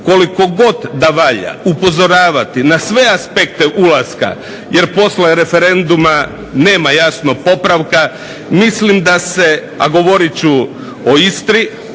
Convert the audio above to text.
koliko god da valja upozoravati na sve aspekte ulaska, jer poslije referenduma nema jano popravka, mislim da se, a govorit ću o Istri